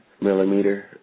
millimeter